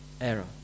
error